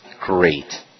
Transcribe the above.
Great